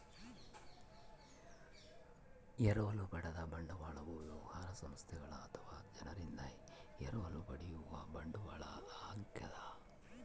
ಎರವಲು ಪಡೆದ ಬಂಡವಾಳವು ವ್ಯವಹಾರ ಸಂಸ್ಥೆಗಳು ಅಥವಾ ಜನರಿಂದ ಎರವಲು ಪಡೆಯುವ ಬಂಡವಾಳ ಆಗ್ಯದ